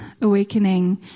awakening